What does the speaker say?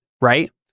right